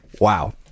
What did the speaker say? Wow